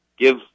give